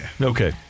Okay